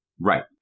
Right